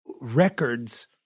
records